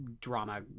drama